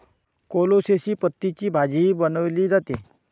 कोलोसेसी पतींची भाजीही बनवली जाते